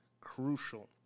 crucial